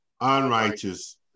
unrighteous